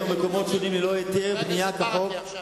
ובמקומות שונים ללא היתר בנייה כחוק,